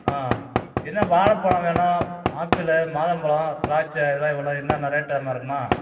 ஆ என்ன வாழைப்பலம் வேணும் ஆப்பிளு மாதுளம்பழம் திராட்சை இதெல்லாம் எவ்வளோ என்னென்ன ரேட்டு எம்மா இருக்குதும்மா